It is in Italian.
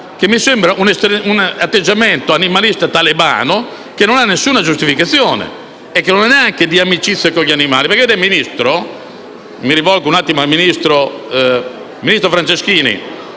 ciò mi sembra un atteggiamento animalista "talebano", che non ha nessuna giustificazione e che non è neanche di amicizia verso gli animali. Signor ministro Franceschini,